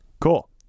cool